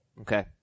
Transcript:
Okay